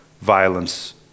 violence